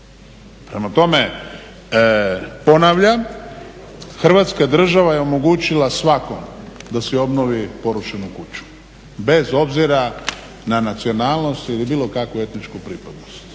Prema tome, ponavljam Hrvatska država je omogućila svakom da si obnovi porušenu kuću bez obzira na nacionalnost ili bilo kakvu etničku pripadnost.